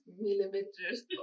millimeters